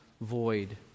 void